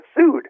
sued